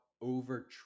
over